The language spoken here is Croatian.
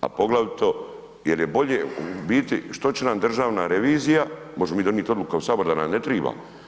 a poglavito jer je bolje u biti, što će nam državna revizija, možemo mi donijeti odluku u Saboru da nam ne treba.